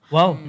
Wow